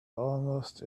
almost